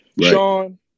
Sean